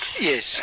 Yes